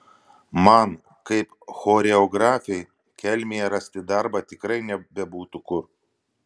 man kaip choreografei kelmėje rasti darbą tikrai nebebūtų kur